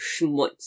schmutz